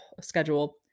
schedule